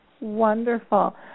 Wonderful